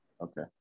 Okay